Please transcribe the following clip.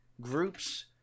groups